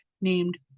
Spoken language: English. named